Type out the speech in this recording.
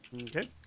Okay